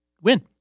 win